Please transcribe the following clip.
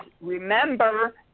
remember